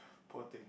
poor thing